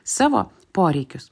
savo poreikius